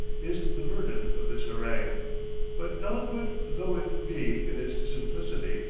is the burden of this harangue but eloquent though it be in its simplicity,